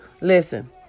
Listen